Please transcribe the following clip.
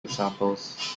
examples